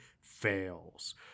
fails